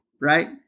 Right